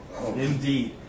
Indeed